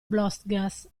blostgas